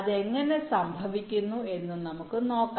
അത് എങ്ങനെ സംഭവിക്കുന്നു എന്ന് നമുക്ക് നോക്കാം